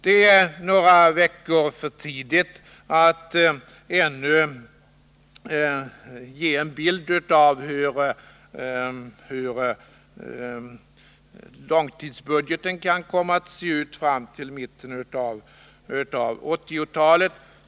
Det är ännu några veckor för tidigt att ge en bild av hur långtidsbudgeten kan komma att se ut fram till mitten av 1980-talet.